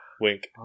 Wink